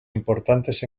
importantes